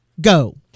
go